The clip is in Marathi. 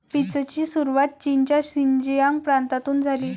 पीचची सुरुवात चीनच्या शिनजियांग प्रांतातून झाली